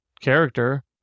character